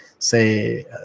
say